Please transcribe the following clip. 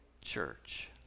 church